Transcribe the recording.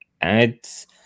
adds